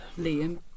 Liam